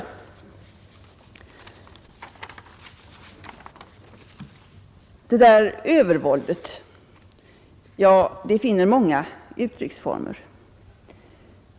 Detta övervåld finner många uttrycksformer.